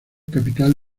capital